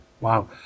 Wow